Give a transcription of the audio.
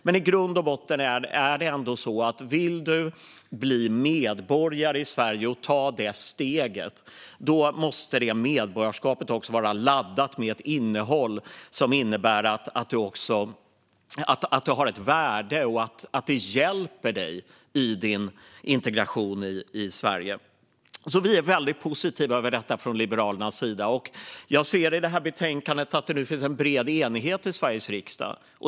Men i grund och botten är det ändå så att för dig som vill ta steget att bli medborgare i Sverige måste det medborgarskapet också vara laddat med ett innehåll och ett värde som hjälper dig i din integration i Sverige. Från Liberalernas sida är vi alltså väldigt positiva till detta, och jag ser i betänkandet att det nu finns en bred enighet i Sveriges riksdag.